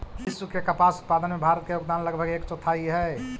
विश्व के कपास उत्पादन में भारत के योगदान लगभग एक चौथाई हइ